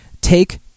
Take